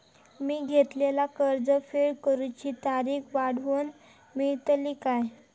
मी घेतलाला कर्ज फेड करूची तारिक वाढवन मेलतली काय?